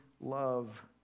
love